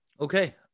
Okay